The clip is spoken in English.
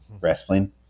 wrestling